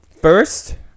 First